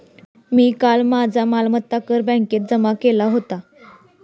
मी काल माझा मालमत्ता कर बँकेत जमा केला होता